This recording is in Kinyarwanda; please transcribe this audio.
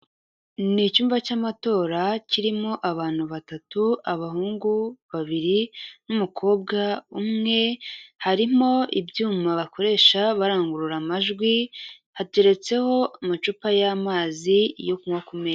Ni icyumba cy'amatora kirimo abantu batatu, abahungu babiri n'umukobwa umwe, harimo ibyuma bakoresha barangurura amajwi, hateretseho amacupa y'amazi yo kunywa ku meza.